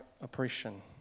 oppression